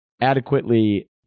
adequately